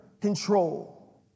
control